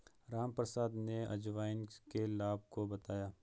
रामप्रसाद ने अजवाइन के लाभ को बताया